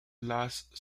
last